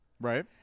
Right